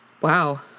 Wow